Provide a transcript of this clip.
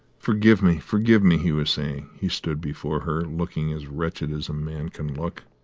forgive me, forgive me, he was saying. he stood before her, looking as wretched as a man can look.